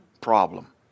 problem